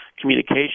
communication